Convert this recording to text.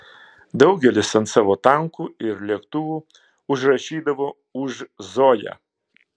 daugelis ant savo tankų ir lėktuvų užrašydavo už zoją